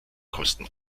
kosten